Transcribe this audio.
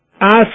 ask